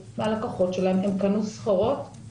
טבעה של הכלכלה השחורה שאנחנו לא רואים אותה.